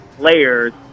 Layers